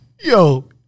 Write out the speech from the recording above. Yo